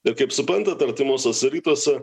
ir kaip suprantat artimuosiuose rytuose